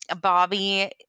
Bobby